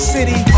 City